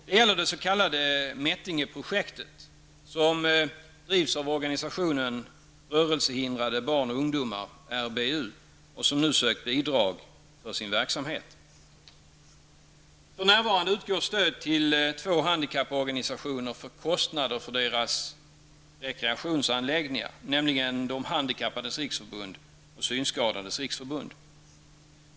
Det gäller det s.k. Mättingeprojektet, som drivs av organisationen Rörelsehindrade barn och ungdomar, RBU, och som nu sökt bidrag för sin verksamhet. För närvarande utgår stöd till två handikapporganisationer, för kostnader för deras rekreationsanläggningar, nämligen De handikappades riksförbund och Synskadades riksförbund.